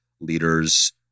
leaders